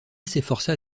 s’efforça